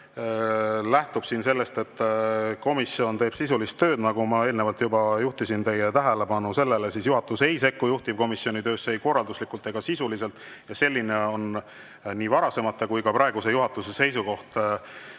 lähtub sellest, et komisjon teeb sisulist tööd. Ma eelnevalt juba juhtisin teie tähelepanu sellele, et juhatus ei sekku juhtivkomisjoni töösse ei korralduslikult ega sisuliselt. Selline on olnud nii varasemate juhatuste kui ka praeguse juhatuse seisukoht.